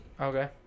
Okay